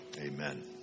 Amen